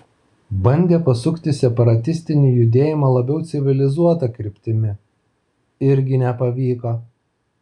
bandė pasukti separatistinį judėjimą labiau civilizuota kryptimi irgi nepavyko